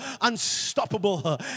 unstoppable